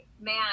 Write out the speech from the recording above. man